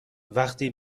وقتی